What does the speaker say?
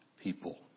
people